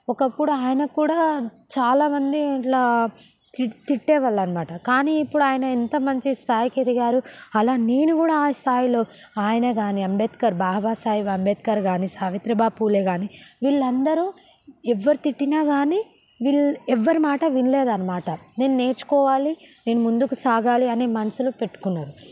ఒకప్పుడు ఆయన కూడా చాలామంది ఇలా తి తిట్టేవాళ్ళు అనమాట కానీ ఇప్పుడు ఆయన ఎంత మంచి స్థాయికి ఎదిగారు అలా నేను కూడా ఆ స్థాయిలో ఆయన కాని అంబేద్కర్ బాబాసాహెబ్ అంబేద్కర్ కాని సావిత్రిబాయి పూలే కాని వీళ్ళందరూ ఎవరి తిట్టినా కానీ వీళ్లు ఎవ్వరి మాట వినలేదు అన్నమాట నేను నేర్చుకోవాలి నేను ముందుకు సాగాలి అని మనసులో పెట్టుకున్నారు